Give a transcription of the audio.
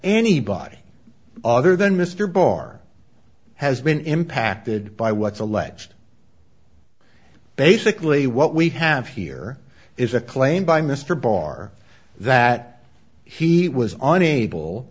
anybody other than mr barr has been impacted by what's alleged basically what we have here is a claim by mr barr that he was unable